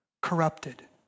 corrupted